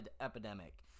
epidemic